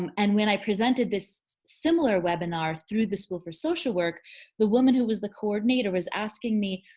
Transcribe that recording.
um and when i presented this similar webinar through the school for social work the woman who was the coordinator was asking me,